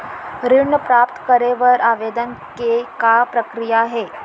ऋण प्राप्त करे बर आवेदन के का प्रक्रिया हे?